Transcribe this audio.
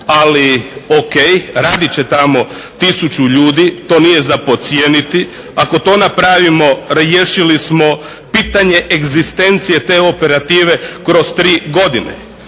ali ok, radit će tamo 1000 ljudi, to nije za podcijeniti. Ako to napravimo riješili smo pitanje egzistencije te operative kroz tri godine.